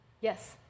Yes